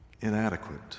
inadequate